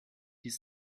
dies